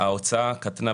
ההוצאה קטנה.